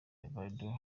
rivaldo